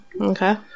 Okay